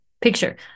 Picture